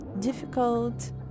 difficult